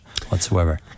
whatsoever